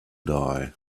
die